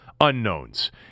Unknowns